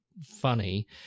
funny